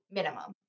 minimum